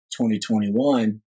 2021